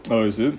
oh is it